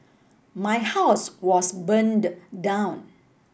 my house was burned down